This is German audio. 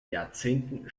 jahrzehnten